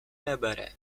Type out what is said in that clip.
nebere